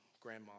grandma